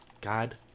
God